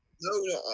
No